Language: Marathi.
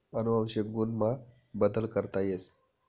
अनुवंशिक गुण मा बदल करता येस